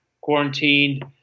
quarantined